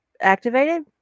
activated